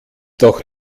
doch